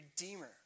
redeemer